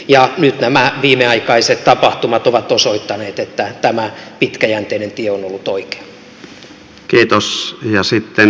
ja nyt nämä viimeaikaiset tapahtumat ovat osoittaneet että tämä pitkäjänteinen tie on ollut oikea